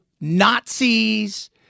Nazis